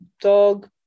dog